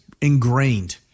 ingrained